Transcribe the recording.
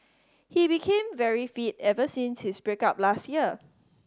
he became very fit ever since his break up last year